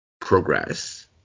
progress